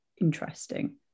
interesting